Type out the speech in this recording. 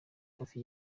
hafi